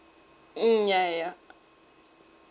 mm ya ya ya